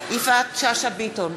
יפעת שאשא ביטון,